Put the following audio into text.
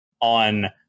on